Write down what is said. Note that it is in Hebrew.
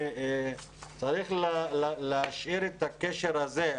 צריך להשאיר את הקשר הזה,